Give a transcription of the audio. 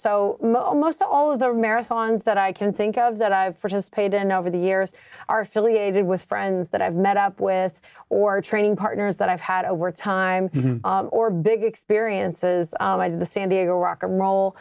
so most all of the marathons that i can think of that i've participated in over the years are affiliated with friends that i've met up with or training partners that i've had over time or big experiences as the san diego rock n roll